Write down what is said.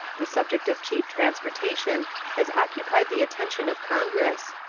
the subject of cheap transportation has occupied the attention of congress.